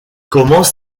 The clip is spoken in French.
commence